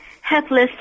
helpless